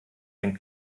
ein